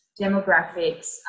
demographics